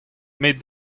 met